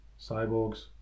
Cyborgs